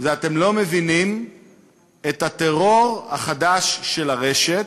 זה שאתם לא מבינים את הטרור החדש של הרשת,